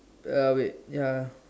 uh wait ya